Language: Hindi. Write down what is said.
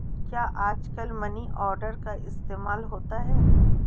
क्या आजकल मनी ऑर्डर का इस्तेमाल होता है?